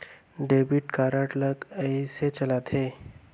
Debit card ला कइसे चलाते?